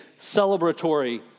celebratory